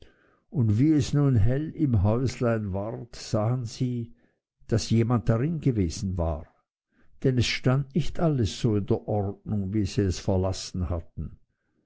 und wie es nun hell im häuslein ward sahen sie daß jemand darin gewesen war denn es stand nicht alles so in der ordnung wie sie es verlassen hatten